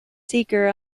seeker